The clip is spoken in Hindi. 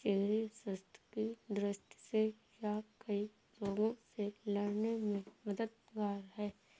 चेरी स्वास्थ्य की दृष्टि से यह कई रोगों से लड़ने में मददगार है